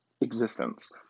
existence